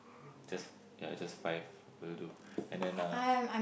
just ya just five will do and then uh